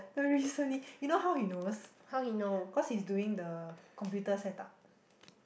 the recently you know how he knows cause he's doing the computer setup